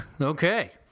okay